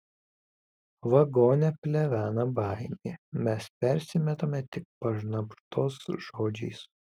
vagone plevena baimė mes persimetame tik pašnabždos žodžiais